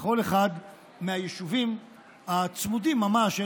בכל אחד מהיישובים הצמודים ממש,